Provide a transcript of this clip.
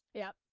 yup.